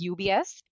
UBS